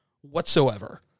whatsoever